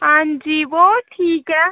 हांजी बो ठीक ऐ